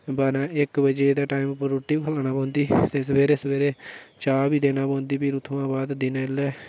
बारां इक्क बजे दे टाईम पर रुट्टी बी खलाना पौंदी ते सवेरे सवेरे चाऽ बी देना पौंदी फिर उत्थुआं बाद दिनें बेल्लै